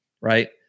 right